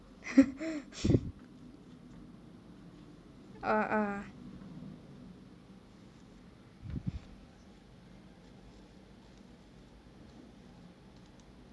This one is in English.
ah ah